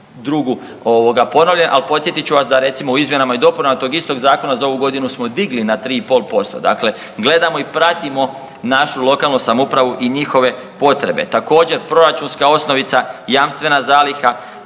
ovoga ponovljen, ali podsjetit ću vas da recimo u izmjenama i dopunama tog istog zakona za ovu godinu smo digli na 3,5%, dakle gledamo i pratimo našu lokalnu samoupravu i njihove potrebe. Također proračunska osnovica, jamstvena zaliha,